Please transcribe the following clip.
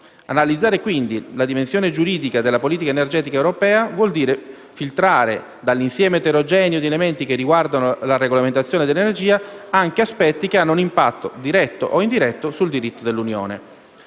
Analizzare, quindi, la dimensione giuridica della politica energetica europea vuol dire filtrare, dall'insieme eterogeneo di elementi che riguardano la regolamentazione dell'energia, anche aspetti che hanno un impatto, diretto o indiretto, sul diritto dell'Unione.